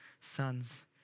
sons